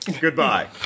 Goodbye